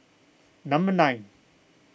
number nine